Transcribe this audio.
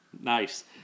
Nice